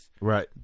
Right